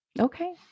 Okay